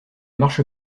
marche